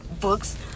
books